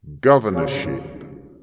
Governorship